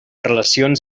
relacions